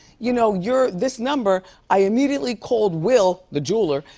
you know, you're this number, i immediately called will, the jeweler,